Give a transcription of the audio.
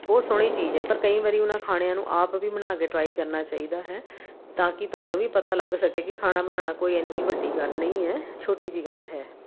ਬਹੁਤ ਸੋਹਣੀ ਚੀਜ਼ ਹੈ ਪਰ ਕਈ ਵਾਰੀ ਉਹਨਾਂ ਖਾਣਿਆਂ ਨੂੰ ਆਪ ਵੀ ਬਣਾ ਕੇ ਟਰਾਈ ਕਰਨਾ ਚਾਹੀਦਾ ਹੈ ਤਾਂ ਕਿ ਤੁਹਾਨੂੰ ਵੀ ਪਤਾ ਲੱਗ ਸਕੇ ਕਿ ਖਾਣਾ ਬਣਾਉਣਾ ਕੋਈ ਇੰਨੀ ਵੱਡੀ ਗੱਲ ਨਹੀਂ ਹੈ ਛੋਟੀ ਜਿਹੀ ਗੱਲ ਹੈ